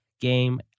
game